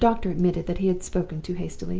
the doctor admitted that he had spoken too hastily.